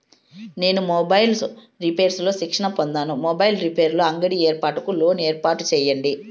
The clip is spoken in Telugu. నేను మొబైల్స్ రిపైర్స్ లో శిక్షణ పొందాను, మొబైల్ రిపైర్స్ అంగడి ఏర్పాటుకు లోను ఏర్పాటు సేయండి?